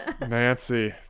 nancy